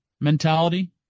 mentality